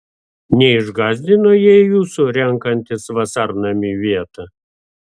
neišgąsdino jie jūsų renkantis vasarnamiui vietą